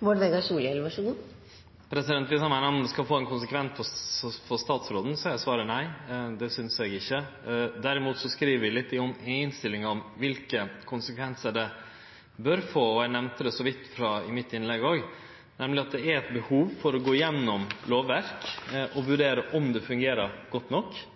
Om representanten spør om det skal få nokon konsekvens for statsråden, er svaret nei, det synest eg ikkje. Derimot skriv vi litt i innstillinga om kva konsekvensar det bør få, og eg nemnde det så vidt i innlegget mitt òg, nemleg at det er behov for å gå igjennom lovverket og vurdere om det fungerer godt nok,